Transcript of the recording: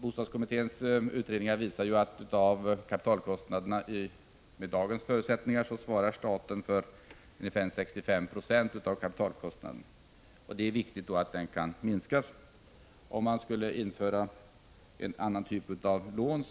Bostadskommitténs utredningar visar att med dagens förutsättningar svarar staten för ungefär 65 90 av kapitalkostnaden. Det är viktigt att denna andel kan minskas. Med en annan typ av lån